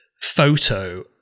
photo